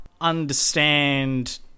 understand